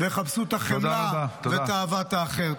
יחפשו את החמלה ואת אהבת האחר.